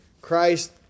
Christ